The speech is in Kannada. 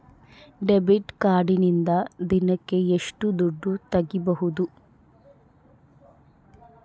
ಡೆಬಿಟ್ ಕಾರ್ಡಿನಿಂದ ದಿನಕ್ಕ ಎಷ್ಟು ದುಡ್ಡು ತಗಿಬಹುದು?